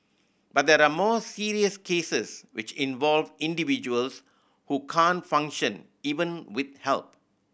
but there are more serious cases which involve individuals who can't function even with help